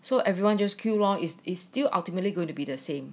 so everyone just queue lor is is still ultimately going to be the same